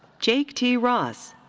jake t. ross.